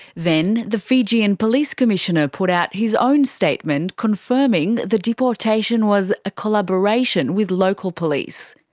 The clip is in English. then the fijian police commissioner put out his own statement confirming the deportation was a collaboration with local police.